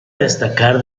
destacar